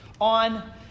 on